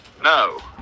No